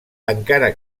encara